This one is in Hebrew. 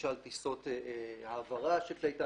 למשל טיסות העברה של כלי טיס,